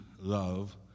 love